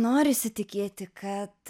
norisi tikėti kad